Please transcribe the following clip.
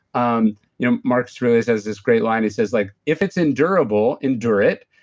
um you know marcus aurelius has this great line. he says like if it's endurable, endure it,